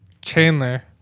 Chandler